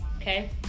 Okay